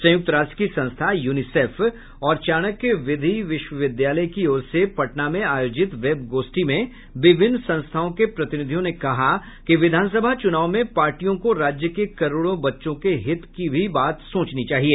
संयुक्त राष्ट्र की संस्था यूनिसेफ और चाणक्य विधि विश्वविद्यालय की ओर से पटना में आयोजित वेब गोष्ठी में विभिन्न संस्थाओं के प्रतिनिधियों ने कहा कि विधान सभा चुनाव में पार्टियों को राज्य के करोडों बच्चों के हित की भी बात सोचनी चाहिए